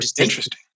Interesting